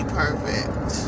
perfect